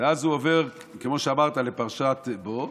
ואז הוא עובר, כמו שאמרת, לפרשת בוא.